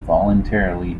voluntarily